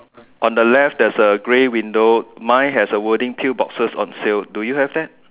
on the left there's a grey window mine has the wording teal boxes on sale do you have that